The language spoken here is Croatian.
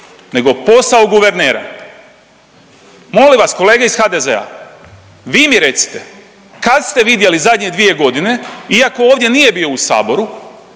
nego posao guvernera. Molim vas kolege iz HDZ-a vi mi recite kad ste vidjeli zadnje dvije godine iako ovdje nije bio u saboru